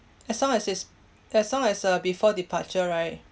as long as it's as long as uh before departure right